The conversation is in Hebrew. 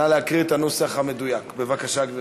נא להקריא את הנוסח המדויק, בבקשה.